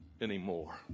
anymore